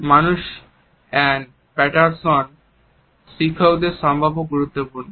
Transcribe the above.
মানুসভ এবং প্যাটারসন শিক্ষকদের সম্ভাব্য গুরুত্বপূর্ণ